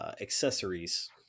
accessories